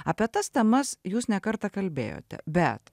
apie tas temas jūs ne kartą kalbėjote bet